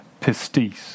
pistis